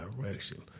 direction